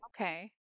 Okay